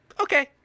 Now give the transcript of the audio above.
okay